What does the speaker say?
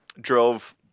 Drove